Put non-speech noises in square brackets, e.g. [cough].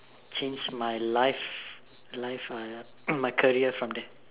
change my life life ah [coughs] my career from there